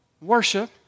worship